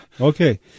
Okay